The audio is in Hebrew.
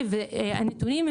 הנתונים,